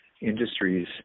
industries